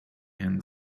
and